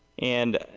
and,